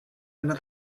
under